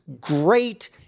great